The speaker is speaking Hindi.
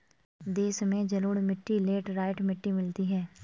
देश में जलोढ़ मिट्टी लेटराइट मिट्टी मिलती है